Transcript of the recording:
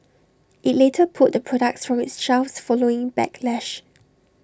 IT later pulled the products from its shelves following backlash